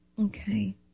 Okay